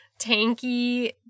tanky